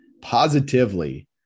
positively